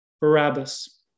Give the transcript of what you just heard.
Barabbas